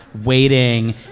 waiting